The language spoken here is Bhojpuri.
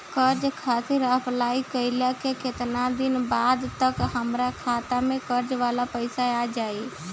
कर्जा खातिर अप्लाई कईला के केतना दिन बाद तक हमरा खाता मे कर्जा वाला पैसा आ जायी?